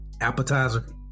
appetizer